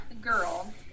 girl